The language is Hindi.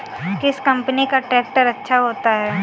किस कंपनी का ट्रैक्टर अच्छा होता है?